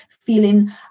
feeling